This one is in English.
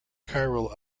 chiral